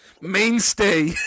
Mainstay